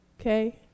Okay